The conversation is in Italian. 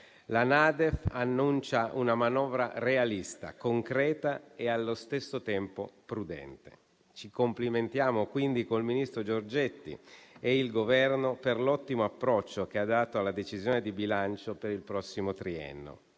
La NADEF annuncia una manovra realista, concreta e allo stesso tempo prudente. Ci complimentiamo, quindi, con il ministro Giorgetti e con il Governo, per l'ottimo approccio che hanno dato alla decisione di bilancio per il prossimo triennio